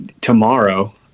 tomorrow